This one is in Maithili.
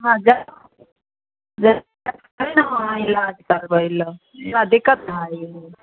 हँ जाएब जाएब चलि जाउ अहाँ इलाज करबै लै बड़ा दिक्कत भए गेलै